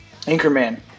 Anchorman